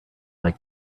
like